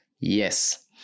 Yes